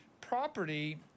Property